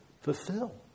fulfill